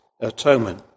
atonement